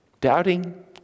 Doubting